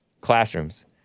classrooms